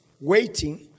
waiting